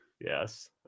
Yes